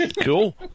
cool